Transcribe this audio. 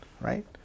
Right